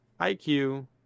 IQ